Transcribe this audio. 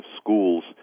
schools